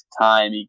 time